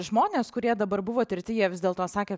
žmonės kurie dabar buvo tirti jie vis dėlto sakė